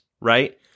right